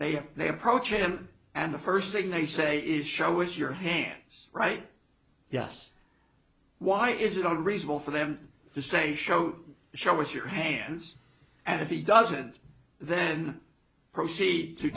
they have they approach him and the first thing they say is show with your hands right yes why is it unreasonable for them to say show show with your hands and if he doesn't then proceed to